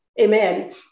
Amen